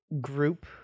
group